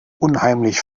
unheimlich